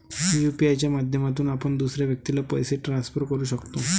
UPI च्या माध्यमातून आपण दुसऱ्या व्यक्तीला पैसे ट्रान्सफर करू शकतो